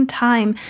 time